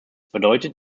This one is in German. bedeutet